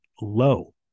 low